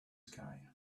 sky